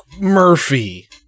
murphy